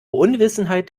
unwissenheit